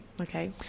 Okay